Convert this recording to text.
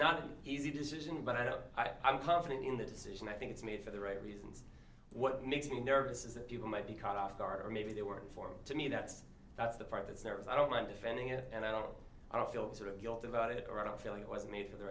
not an easy decision but i don't i'm confident in the decision i think it's made for the right reasons what makes me nervous as a people might be caught off guard or maybe they work for to me that's that's the part that's nervous i don't want defending it and i don't i don't feel sort of guilt about it or are feeling it wasn't made for the